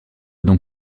donc